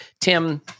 Tim